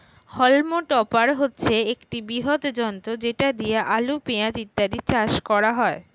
হল্ম টপার হচ্ছে একটি বৃহৎ যন্ত্র যেটা দিয়ে আলু, পেঁয়াজ ইত্যাদি চাষ করা হয়